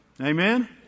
Amen